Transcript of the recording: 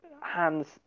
hands